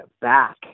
back